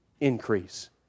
increase